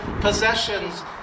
possessions